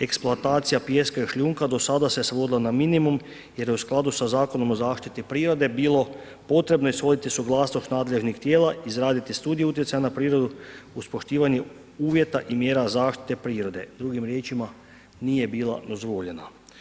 Eksploatacija pijeska i šljunka do sada se svodila na minimum jer je u skladu sa zakonom o zaštiti prirode bilo potrebno ishoditi suglasnost nadležnih tijela, izraditi studiju utjecaja na prirodu uz poštivanje uvjeta i mjera zaštite prirode, drugim riječima, nije bila dozvoljena.